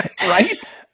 right